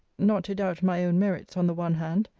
not to doubt my own merits on the one hand,